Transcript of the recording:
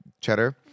cheddar